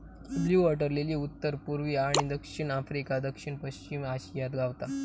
blue water lily उत्तर पुर्वी आणि दक्षिण आफ्रिका, दक्षिण पश्चिम आशियात गावता